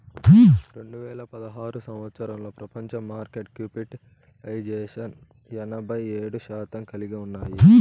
రెండు వేల పదహారు సంవచ్చరంలో ప్రపంచ మార్కెట్లో క్యాపిటలైజేషన్ ఎనభై ఏడు శాతం కలిగి ఉన్నాయి